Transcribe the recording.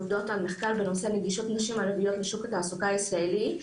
עובדות על מחקר בנושא נגישות נשים ערביות בשוק התעסוקה הישראלי.